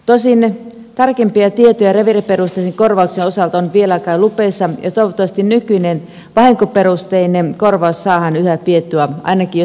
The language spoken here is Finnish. tosin tarkempia tietoja reviiriperusteisen korvauksen osalta on vielä kai lupeissa ja toivottavasti nykyinen vahinkoperusteinen korvaus saadaan yhä pidettyä ainakin jossakin muodossa